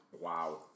wow